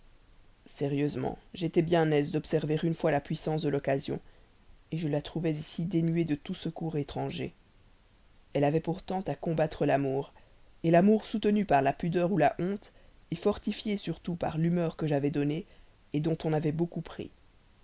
sérieusement j'étais bien aise d'observer une fois la puissance de l'occasion je la trouvais ici dénuée de tout secours étranger elle avait pourtant à combattre l'amour l'amour soutenu par la pudeur ou la honte fortifié surtout par l'humeur que j'avais donnée dont on avait beaucoup